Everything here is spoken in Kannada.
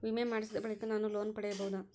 ವಿಮೆ ಮಾಡಿಸಿದ ಬಳಿಕ ನಾನು ಲೋನ್ ಪಡೆಯಬಹುದಾ?